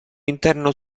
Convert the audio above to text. interno